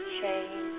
change